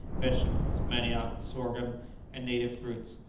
vegetables, manioc, sorghum and native fruits.